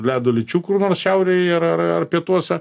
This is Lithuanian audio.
ledo lyčių kur nors šiaurėje ir ar ar ar pietuose